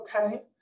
Okay